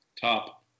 Top